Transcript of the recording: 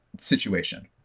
situation